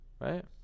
right